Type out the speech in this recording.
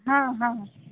हां हां